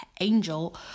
angel